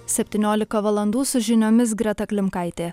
septyniolika valandų su žiniomis greta klimkaitė